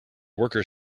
worker